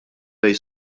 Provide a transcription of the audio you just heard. bejn